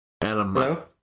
Hello